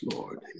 Lord